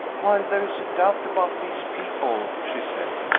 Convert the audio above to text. while there is a doubt about these people, she said,